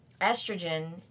estrogen